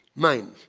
mind.